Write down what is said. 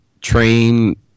train